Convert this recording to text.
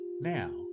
Now